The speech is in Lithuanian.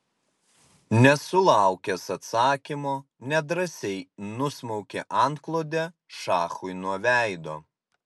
nesulaukęs atsakymo nedrąsiai nusmaukė antklodę šachui nuo veido